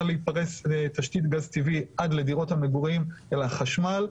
להתפרס לתשתית גז טבעי עד לדירות המגורים אלא חשמל,